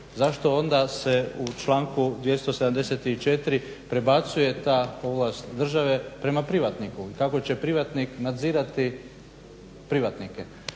zašto onda se u članku 274. prebacuje ta ovlast države prema privatniku i kako će privatnik nadzirati privatnike